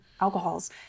alcohols